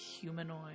humanoid